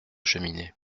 cheminée